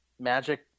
Magic